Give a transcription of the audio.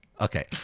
Okay